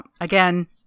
Again